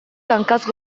hankaz